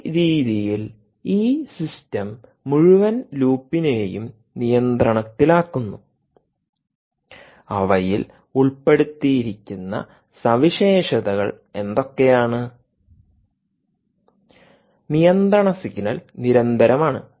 ഈ രീതിയിൽ ഈ സിസ്റ്റം മുഴുവൻ ലൂപ്പിനെയും നിയന്ത്രണത്തിലാക്കുന്നു അവയിൽ ഉൾപ്പെടുത്തിയിരിക്കുന്ന സവിശേഷതകൾ എന്തൊക്കെയാണ് നിയന്ത്രണ സിഗ്നൽ നിരന്തരം ആണ്